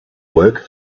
work